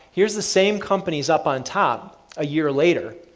here's the same companies up on top a year later.